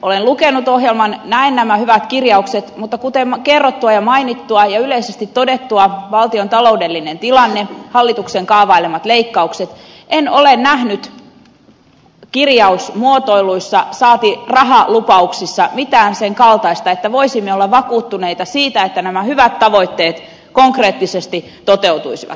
olen lukenut ohjelman näen nämä hyvät kirjaukset mutta kuten kerrottua ja mainittua ja yleisesti todettua valtion taloudellisesta tilanteesta hallituksen kaavailemista leikkauksista en ole nähnyt kirjausmuotoiluissa saati rahalupauksissa mitään sen kaltaista että voisimme olla vakuuttuneita siitä että nämä hyvät tavoitteet konkreettisesti toteutuisivat